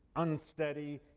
unsteady,